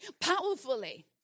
powerfully